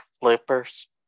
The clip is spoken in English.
flippers